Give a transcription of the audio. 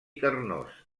carnós